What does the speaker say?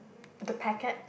the packet